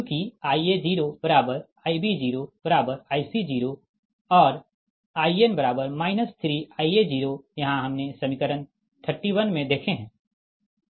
चूँकि Ia0Ib0Ic0 और In 3Ia0 यहाँ हमने समीकरण 31 देखें है